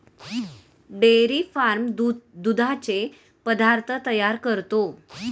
dairy farm दुधाचे पदार्थ तयार करतो